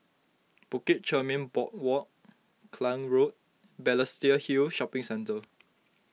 Bukit Chermin Boardwalk Klang Road and Balestier Hill Shopping Centre